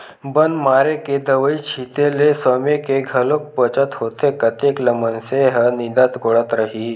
बन मारे के दवई छिते ले समे के घलोक बचत होथे कतेक ल मनसे ह निंदत कोड़त रइही